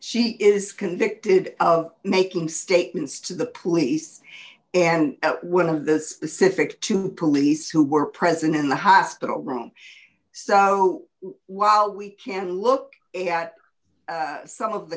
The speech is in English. she is convicted of making statements to the police and will of the specific to police who were present in the hospital room so while we can look at some of the